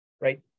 right